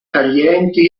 taglienti